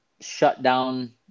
shut-down